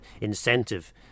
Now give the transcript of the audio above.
incentive